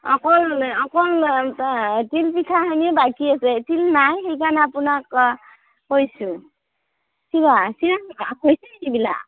অকল অকল তিল পিঠাখিনিয়ে বাকী আছে তিল নাই সেইকাৰণে আপোনাক কৈছোঁ চিৰা চিৰা হৈছে সেইবিলাক